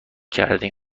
کردم